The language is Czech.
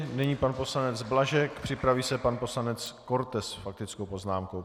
Nyní pan poslanec Blažek, připraví se pan poslanec Korte s faktickou poznámkou.